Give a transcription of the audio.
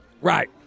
Right